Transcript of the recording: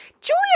Julia